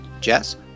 jess